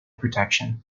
protection